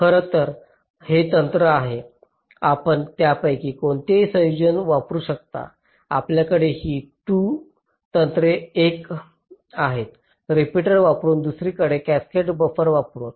तर खरं तर हे तंत्र आहे आपण त्यापैकी कोणतेही संयोजन वापरू शकता आपल्याकडे ही 2 तंत्रे एक आहेत रेपीटर वापरुन दुसरी कॅस्केडेड बफर वापरुन